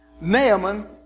Naaman